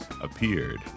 appeared